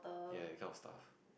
ya that kind of stuff